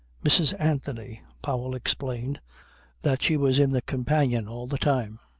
mrs. anthony. powell explained that she was in the companion all the time.